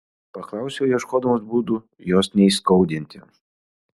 paklausiau ieškodamas būdų jos neįskaudinti